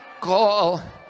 call